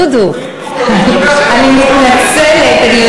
דודו, אני מתנצלת.